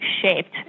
shaped